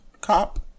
cop